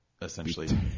essentially